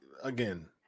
Again